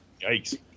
Yikes